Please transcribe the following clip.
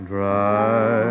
Dry